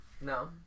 No